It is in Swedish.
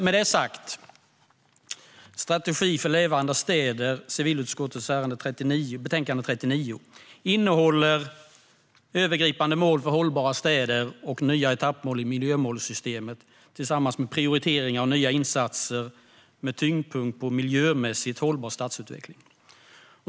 Civilutskottets betänkande 39 Str ategi för L evande städer innehåller övergripande mål för hållbara städer och nya etappmål i miljömålssystemet tillsammans med prioriteringar och nya insatser med tyngdpunkt på miljömässigt hållbar stadsutveckling.